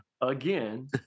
Again